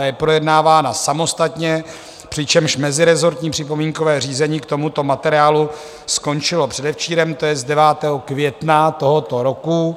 Ta je projednávána samostatně, přičemž mezirezortní připomínkové řízení k tomuto materiálu skončilo předevčírem, to je 9. května tohoto roku.